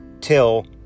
till